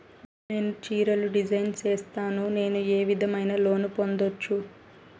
నేను చీరలు డిజైన్ సేస్తాను, నేను ఏ విధమైన లోను పొందొచ్చు